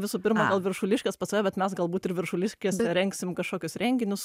visų pirma gal viršuliškes pas save bet mes galbūt ir viršuliškėse rengsim kažkokius renginius